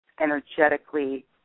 energetically